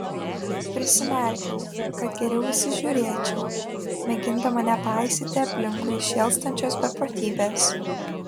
prisimerkiau kad geriau įsižiūrėčiau mėgindama nepaisyti aplinkui šėlstančios beprotybės